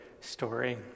story